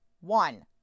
One